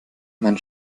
mein